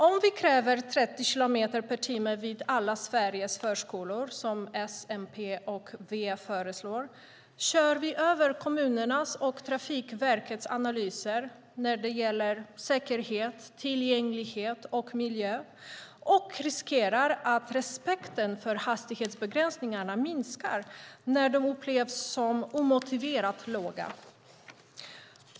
Om vi kräver 30 km per timme vid alla Sveriges förskolor, som S, MP och V föreslår, kör vi över kommunernas och Trafikverkets analyser av säkerhet, tillgänglighet och miljö och riskerar att respekten för hastighetsbegränsningarna minskar när de upplevs som omotiverat låga.